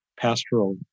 pastoral